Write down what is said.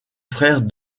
frère